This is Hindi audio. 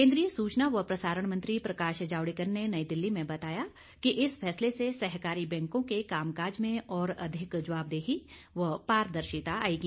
केंद्रीय सूचना व प्रसारण मंत्री प्रकाश जावड़ेकर ने नई दिल्ली में बताया कि इस फैसले से सहकारी बैंकों के कामकाज में और अधिक जवाबदेही व पारदर्शिता आएगी